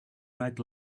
bright